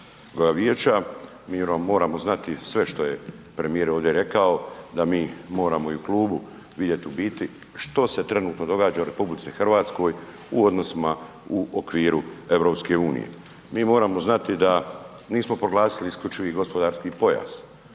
vijeća. MI moramo znati sve što je premijer ovdje rekao da mi moramo i u klubu vidjeti što se trenutno događa u RH u odnosima u okviru EU. MI moramo znati da nismo proglasili isključivi gospodarski pojas,